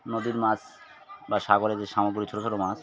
নদীর মাছ বা সাগরের যে সমগ্র ছোট ছোট মাছ